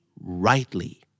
rightly